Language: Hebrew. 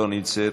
לא נמצאת.